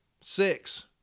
six